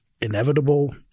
inevitable